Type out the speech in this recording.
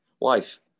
wife